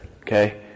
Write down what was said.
Okay